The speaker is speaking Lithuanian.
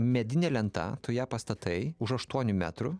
medinė lenta tu ją pastatai už aštuonių metrų